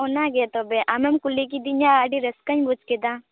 ᱚᱱᱟᱜᱮ ᱛᱚᱵᱮ ᱟᱢᱮᱢ ᱠᱩᱞᱤ ᱠᱤᱫᱤᱧᱟ ᱟᱹᱰᱤ ᱨᱟᱹᱥᱠᱟᱹᱧ ᱵᱩᱡᱽ ᱠᱮᱫᱟ